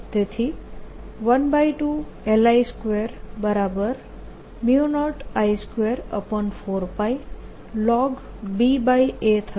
તેથી 12LI20I24πln થશે